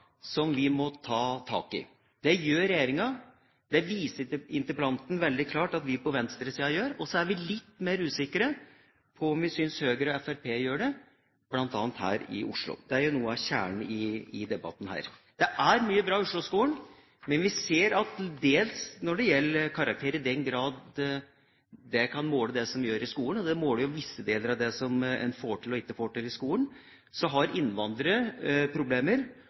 som vi må ta tak i. Det gjør regjeringa, og det viser interpellanten veldig klart at vi på venstresida gjør. Vi er litt mer usikre på om vi synes Høyre og Fremskrittspartiet gjør det, bl.a. her i Oslo. Det er jo noe av kjernen i debatten her. Det er mye bra i Oslo-skolen, men vi ser at dels når det gjelder karakterer, i den grad de kan måle det som gjøres i skolen – de måler jo visse deler av det som en får til og ikke får til i skolen – så har